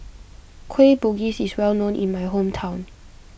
Kueh Bugis is well known in my hometown